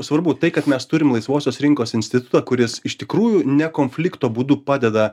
svarbu tai kad mes turim laisvosios rinkos institutą kuris iš tikrųjų ne konflikto būdu padeda